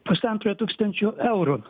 pusantro tūkstančio eurų